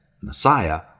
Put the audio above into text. Messiah